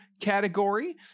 Category